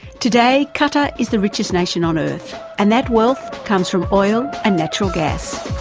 today qatar is the richest nation on earth and that wealth comes from oil and natural gas.